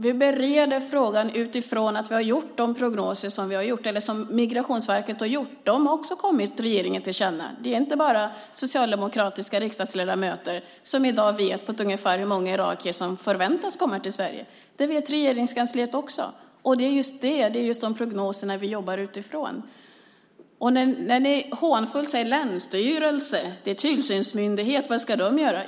Vi bereder frågan utifrån de prognoser som Migrationsverket har gjort. De har också kommit regeringen tillkänna. Det är inte bara socialdemokratiska riksdagsledamöter som i dag vet ungefär hur många irakier som förväntas komma till Sverige. Det vet Regeringskansliet också, och det är just de prognoserna vi jobbar utifrån. Ni säger hånfullt: Länsstyrelsen är en tillsynsmyndighet - vad ska den göra?